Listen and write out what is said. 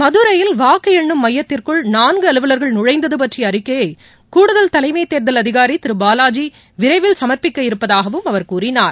மதுரையில் வாக்கு எண்ணும் மையத்திற்குள் நான்கு அலுவலர்கள் நுழைந்தது பற்றிய அறிக்கையை கூடுதல் தலைமை தேர்தல் அதிகாரி திரு பாலாஜி விரைவில் சம்ப்பிக்க இருப்பதாகவும் அவர் கூறினார்